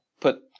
put